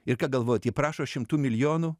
ir ką galvojat jie prašo šimtų milijonų